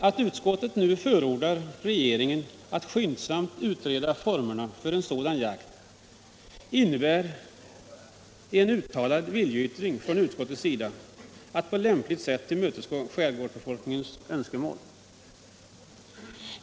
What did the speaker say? Att utskottet nu hemställer att regeringen skyndsamtt skall utreda formerna för en sådan jakt innebär en uttalad viljeyttring från utskottets sida att på lämpligt sätt tillmötesgå skärgårdsbefolkningens önskemål.